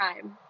time